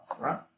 right